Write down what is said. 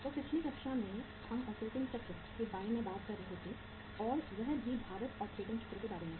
तो पिछली कक्षा में हम ऑपरेटिंग चक्र के बारे में बात कर रहे थे और वह भी भारित ऑपरेटिंग चक्र के बारे में